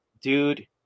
dude